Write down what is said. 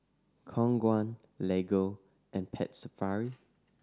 Khong Guan Lego and Pet Safari